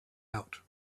out